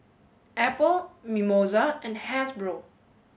Apple Mimosa and Hasbro